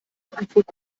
frankfurt